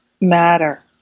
matter